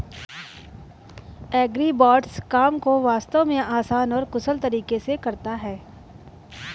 agribots काम को वास्तव में आसान और कुशल तरीके से करता है